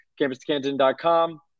CampusCanton.com